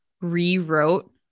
rewrote